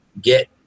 get